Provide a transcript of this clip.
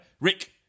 Rick